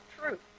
truth